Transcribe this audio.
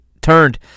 turned